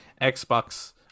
Xbox